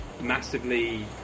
massively